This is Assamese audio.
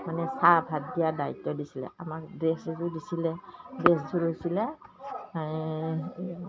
মানে চাহ ভাত দিয়া দায়িত্ব দিছিলে আমাক ড্ৰেছ এযোৰ দিছিলে ড্ৰেছযোৰ লৈছিলে